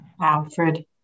Alfred